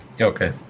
Okay